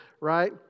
right